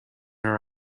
her